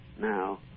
Now